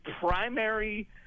primary